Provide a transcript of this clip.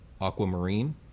aquamarine